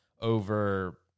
over